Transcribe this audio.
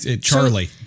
Charlie